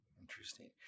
Interesting